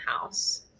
house